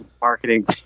marketing